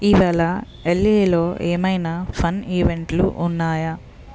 ఈవేళ ఎల్ఏలో ఏమైనా ఫన్ ఈవెంట్లు ఉన్నాయా